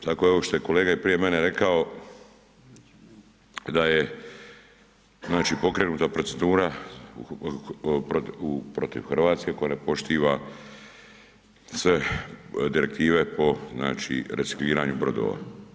Tako evo ovo što je kolega i prije mene rekao, da je znači pokrenuta procedura protiv Hrvatske koja ne poštiva sve direktive po recikliranju brodova.